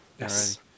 yes